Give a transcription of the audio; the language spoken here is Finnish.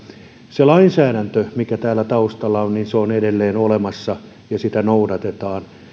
se lainsäädäntö mikä on täällä taustalla on edelleen olemassa ja sitä noudatetaan